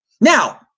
Now